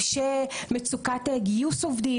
מצוקת גיוס עובדים,